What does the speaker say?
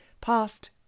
past